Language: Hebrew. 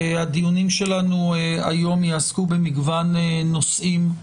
הדיונים שלנו היום יעסקו במגוון נושאים,